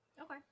Okay